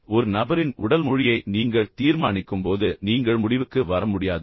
எனவே ஒரு நபரின் உடல் மொழியை நீங்கள் தீர்மானிக்கும்போது நீங்கள் முடிவுக்கு வர முடியாது